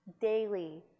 daily